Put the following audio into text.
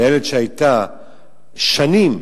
על מנהלת שהיתה שנים